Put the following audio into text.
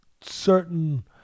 certain